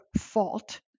fault